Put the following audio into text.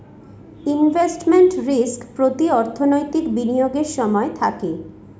investment risk প্রতি অর্থনৈতিক বিনিয়োগের সময় থাকে